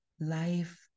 life